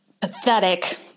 pathetic